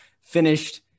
finished